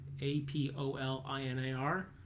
A-P-O-L-I-N-A-R